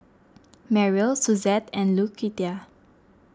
Merrill Suzette and Lucretia